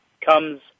comes